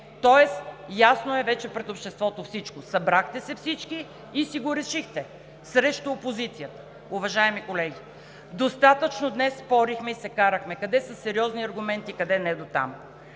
Тоест пред обществото всичко вече е ясно – събрахте се всички и си го решихте срещу опозицията. Уважаеми колеги, достатъчно днес спорихме и се карахме – къде със сериозни аргументи, къде недотам.